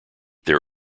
their